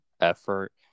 effort